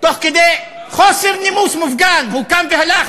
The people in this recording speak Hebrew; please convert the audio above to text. תוך כדי חוסר נימוס מופגן הוא קם והלך,